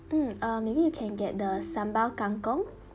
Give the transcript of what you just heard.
mm uh maybe you can get the sambal kangkong